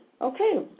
okay